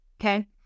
Okay